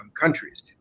countries